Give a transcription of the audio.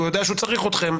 והוא יודע שהוא צריך אתכם,